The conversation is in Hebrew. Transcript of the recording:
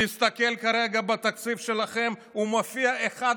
תסתכל כרגע בתקציב שלכם, הוא מופיע אחד